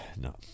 no